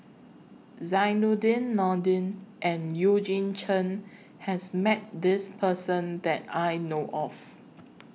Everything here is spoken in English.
Zainudin Nordin and Eugene Chen has Met This Person that I know of